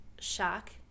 shock